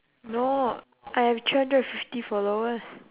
no I have three hundred and fifty followers